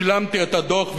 שילמתי את הדוח,